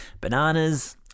Bananas